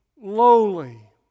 lowly